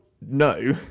No